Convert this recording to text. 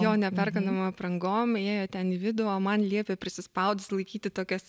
jo neperkandamom aprangom įėjo ten į vidų o man liepė prisispaudus laikyti tokias